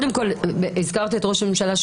הזכרת את ראש הממשלה,